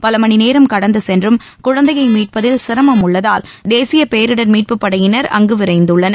பல மணிநேரம் கடந்து சென்றும் குழந்தையை மீட்பதில் சிரமம் உள்ளதால் தேசிய பேரிடர் மீட்பு படையினர் அங்கு விரைந்துள்ளனர்